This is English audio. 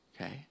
Okay